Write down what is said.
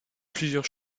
plusieurs